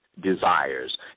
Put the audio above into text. desires